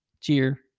Cheer